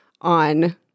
on